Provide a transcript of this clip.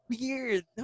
weird